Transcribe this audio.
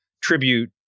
tribute